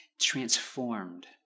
transformed